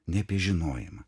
ne apie žinojimą